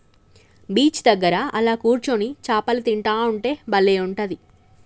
beach దగ్గర అలా కూర్చొని చాపలు తింటా ఉంటే బలే ఉంటది